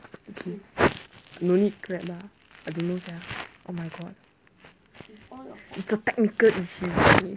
okay no need grab lah oh my god it's a technical issues